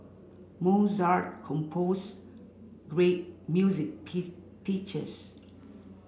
Mozart composed great music